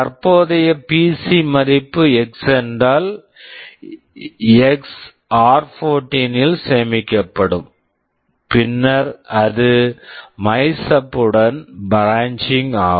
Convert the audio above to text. தற்போதைய PC PC மதிப்பு X X என்றால் எக்ஸ் X ஆர்14 r14 இல் சேமிக்கப்படும் பின்னர் அது மைசப் MYSUB உடன் ப்ராஞ்சிங் branching ஆகும்